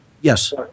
yes